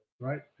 right